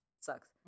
sucks